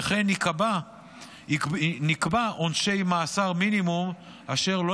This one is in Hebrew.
וכן נקבעו עונשי מאסר מינימום אשר לא